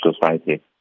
society